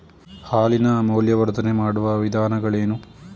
ಹಾಲಿನ ಮೌಲ್ಯವರ್ಧನೆ ಮಾಡುವ ವಿಧಾನಗಳೇನು?